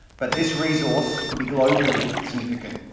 but this resource could be globally significant.